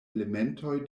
elementoj